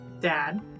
Dad